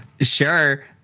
Sure